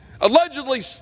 allegedly